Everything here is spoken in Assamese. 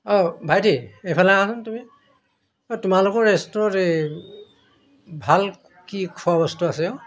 অ' ভাইটি এইফালে আহাচোন তুমি অ' তোমালোকৰ ৰেষ্টুৰত এই ভাল কি খোৱা বস্তু আছে অ'